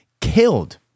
killed